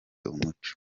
umuco